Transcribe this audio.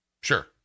Sure